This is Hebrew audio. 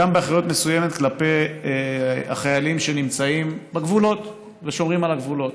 גם באחריות מסוימת כלפי החיילים שנמצאים בגבולות ושומרים על הגבולות.